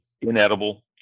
inedible